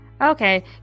Okay